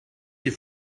your